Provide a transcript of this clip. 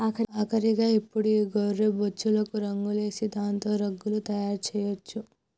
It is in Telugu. ఆఖరిగా ఇప్పుడు ఈ గొర్రె బొచ్చులకు రంగులేసి దాంతో రగ్గులు తయారు చేయొచ్చు